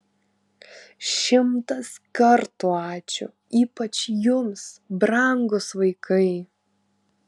šimtas kartų ačiū ypač jums brangūs vaikai